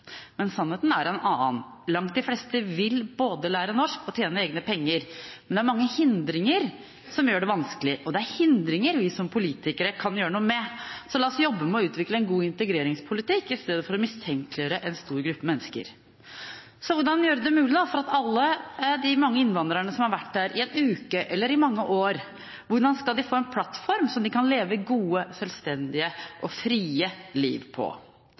Men sannheten er en annen. Langt de fleste vil både lære norsk og tjene egne penger, men det er mange hindringer som gjør det vanskelig, og det er hindringer vi som politikere kan gjøre noe med. Så la oss jobbe med å utvikle en god integreringspolitikk i stedet for å mistenkeliggjøre en stor gruppe mennesker. Så hvordan gjøre det mulig for alle de mange innvandrerne som har vært her i en uke eller i mange år, å få en plattform som de kan leve gode, selvstendige og frie liv på?